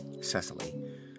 Cecily